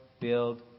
build